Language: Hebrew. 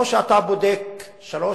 לא שאתה בודק שלוש,